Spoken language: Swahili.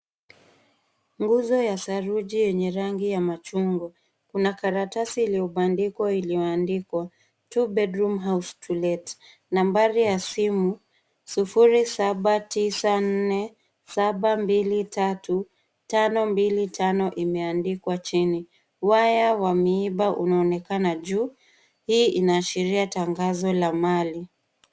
Nguzo ya seruji yenye rangi ya machungwa. Kuna karatasi iliyobandikwa iliyoandikwa Two bedroom house To Let . Nambari ya simu 0794723525 imeandikwa chini. Waya wa miiba unaonekana juu. Hii inaashiria tangazo la mali.